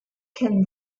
can